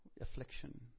affliction